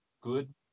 good